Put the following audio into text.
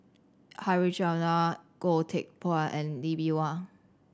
Harichandra Goh Teck Phuan and Lee Bee Wah